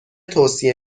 توصیه